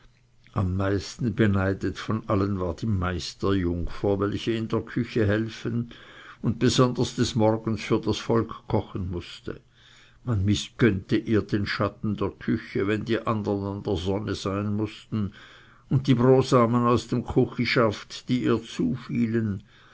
am meisten beneidet von allen war die meisterjungfer welche in der küche helfen und besonders des morgens für das volk kochen mußte man mißgönnte ihr den schatten der küche wenn die andern an der sonne sein mußten und die brosamen aus dem kuchischaft die ihr zufielen